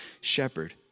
shepherd